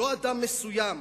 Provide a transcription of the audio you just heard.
לא אדם מסוים,